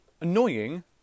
annoying